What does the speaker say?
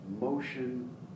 motion